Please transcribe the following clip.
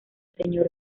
señor